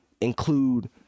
include